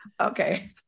Okay